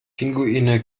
pinguine